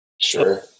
sure